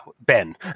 Ben